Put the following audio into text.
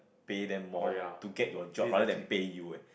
pay them more to get your job rather pay you eh